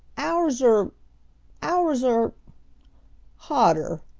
ours are ours are hotter,